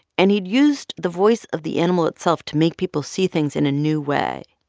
and he'd used the voice of the animal itself to make people see things in a new way.